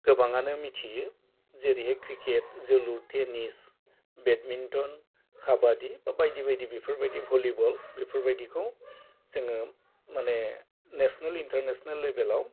गोबांआनो मिथियो जेरैहाय क्रिकेट जोलुर टेनिस बेदमिन्टन खाबादि बा बायदि बायदि बेफोरबायदि भलिबल बेफोरबायदिखौ जोङो माने नेसनेल इन्तारनेसनेल लेबेलाव